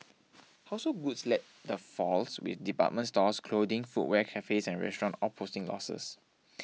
household goods led the falls with department stores clothing footwear cafes and restaurant all posting losses